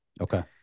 Okay